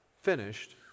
finished